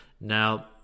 Now